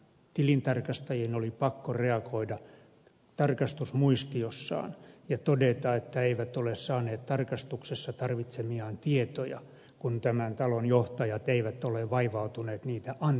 tilintarkastajien oli pakko reagoida tarkastusmuistiossaan ja todeta että eivät ole saaneet tarkastuksessa tarvitsemiaan tietoja kun tämän talon johtajat eivät ole vaivautuneet niitä antamaan